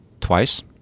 twice